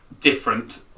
different